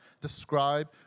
describe